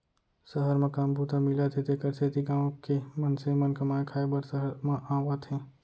सहर म काम बूता मिलत हे तेकर सेती गॉँव के मनसे मन कमाए खाए बर सहर म आवत हें